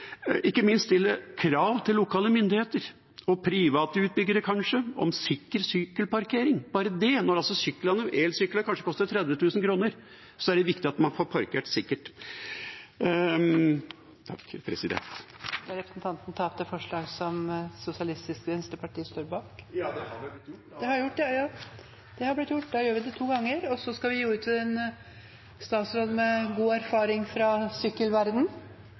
Ikke minst kunne man stilt krav til lokale myndigheter og private utbyggere, kanskje, om sikker sykkelparkering – bare det! Når elsyklene koster ca. 30 000 kr, er det viktig at man får parkert sikkert. Jeg gir nå ordet til en statsråd med god erfaring fra